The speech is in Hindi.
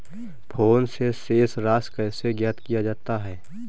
फोन से शेष राशि कैसे ज्ञात किया जाता है?